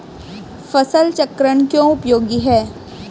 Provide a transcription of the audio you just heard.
फसल चक्रण क्यों उपयोगी है?